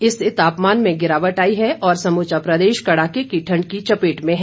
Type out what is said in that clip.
इससे तापमान में गिरावट आई है और समूचा प्रदेश कड़ाके की ठंड की चपेट में है